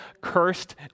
cursed